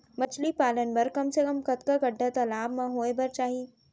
मछली पालन बर कम से कम कतका गड्डा तालाब म होये बर चाही?